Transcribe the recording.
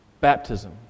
baptism